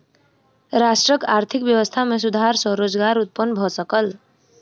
राष्ट्रक आर्थिक व्यवस्था में सुधार सॅ रोजगार उत्पन्न भ सकल